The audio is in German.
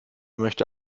möchte